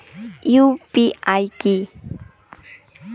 UPI কি?